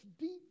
deep